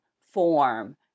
form